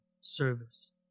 service